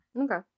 Okay